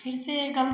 फ़िर से गल